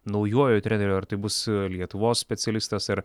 naujuoju treneriu ar tai bus lietuvos specialistas ar